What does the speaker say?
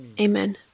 Amen